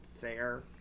fair